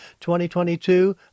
2022